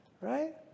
right